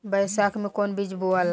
बैसाख मे कौन चीज बोवाला?